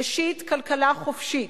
ראשית כלכלה חופשית,